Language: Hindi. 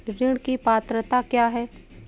ऋण की पात्रता क्या है?